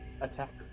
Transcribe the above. Attack